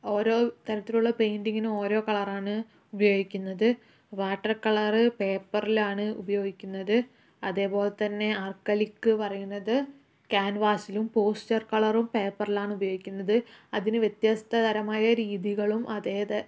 ഓരോ തരത്തിലുള്ള പെയിൻ്റിങ്ങിനും ഓരോ കളറാണ് ഉപയോഗിക്കുന്നത് വാട്ടര് കളർ പേപ്പറിലാണ് ഉപയോഗിക്കുന്നത് അതെപോലെതന്നെ അര്ക്കലിക്ക് പറയണത് ക്യാന്വാസിലും പോസ്റ്റര് കളറും പേപ്പറിലാണ് ഉപയോഗിക്കുന്നത് അതിന് വ്യത്യസ്ത തരമായ രീതികളും അതെ